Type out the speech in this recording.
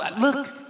Look